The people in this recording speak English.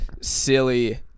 silly-